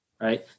right